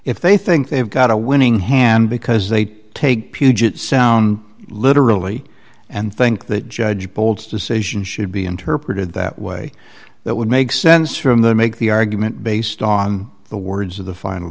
if they think they've got a winning hand because they take puget sound literally and think that judge bolts decisions should be interpreted that way that would make sense from the make the argument based on the words of the final